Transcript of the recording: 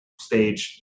stage